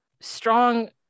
strong